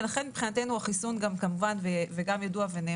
ולכן מבחינתנו החיסון כמובן מפחית